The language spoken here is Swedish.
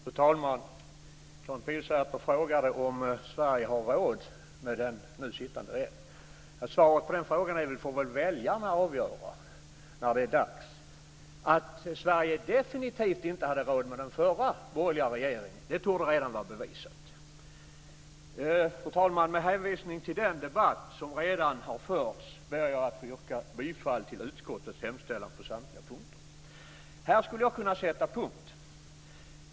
Fru talman! Karin Pilsäter frågade om Sverige har råd med den nu sittande regeringen. Det får väl väljarna avgöra när det är dags. Att Sverige definitivt inte hade råd med den förra, borgerliga regeringen torde redan vara bevisat. Fru talman! Med hänvisning till den debatt som redan har förts ber jag att få yrka bifall till utskottets hemställan på samtliga punkter. Här skulle jag kunna sätta punkt.